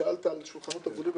שאלת על שולחנות עגולים,